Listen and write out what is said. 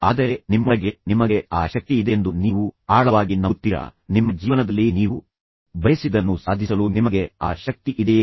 ಆದರೆ ನಿಮ್ಮೊಳಗೆ ನಿಮಗೆ ಆ ಶಕ್ತಿ ಇದೆ ಎಂದು ನೀವು ಆಳವಾಗಿ ನಂಬುತ್ತೀರಾ ನಿಮ್ಮ ಜೀವನದಲ್ಲಿ ನೀವು ಬಯಸಿದ್ದನ್ನು ಸಾಧಿಸಲು ನಿಮಗೆ ಆ ಶಕ್ತಿ ಇದೆಯೇ